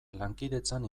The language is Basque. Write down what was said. lankidetzan